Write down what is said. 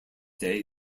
day